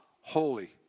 holy